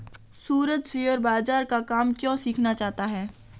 सूरज share बाजार का काम क्यों सीखना चाहता है?